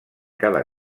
cada